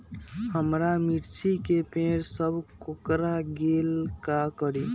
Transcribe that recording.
हमारा मिर्ची के पेड़ सब कोकरा गेल का करी?